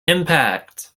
impact